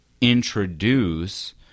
introduce